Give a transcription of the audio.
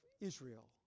Israel